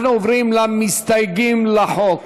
אנחנו עוברים למסתייגים לחוק.